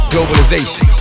Globalization